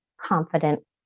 confident